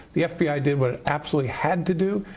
the fbi did what it absolutely had to do.